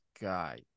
guy